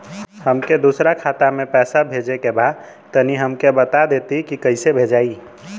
हमके दूसरा खाता में पैसा भेजे के बा तनि हमके बता देती की कइसे भेजाई?